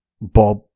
Bob